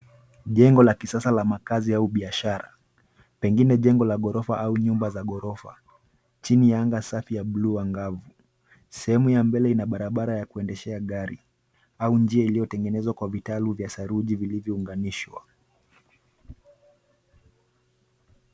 Jengo la kisasa la makazi au biashara. Pengine jengo la ghorofa au nyumba za ghorofa chini ya anga safi ya bluu angavu. Sehemu ya mbele ina barabara ya kuendeshea gari au njia iliyotegenezewa kwa vitaru vya saruji vilivyounganishwa.